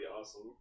awesome